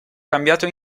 cambiato